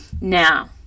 Now